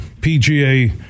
PGA